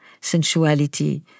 sensuality